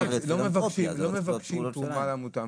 לא מבקשים תרומה לעמותה.